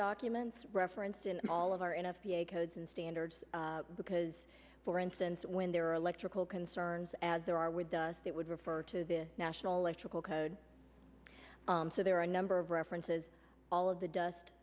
documents referenced in all of our enough codes and standards because for instance when there are electrical concerns as there are with that would refer to the national electoral code so there are a number of references all of the dust